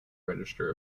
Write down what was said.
register